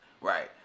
Right